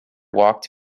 walked